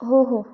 हो हो